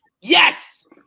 Yes